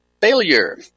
failure